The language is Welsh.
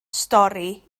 stori